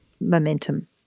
momentum